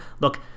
look